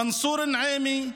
מנסור אל-נעימי,